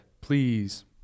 Please